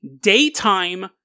daytime